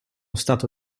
stato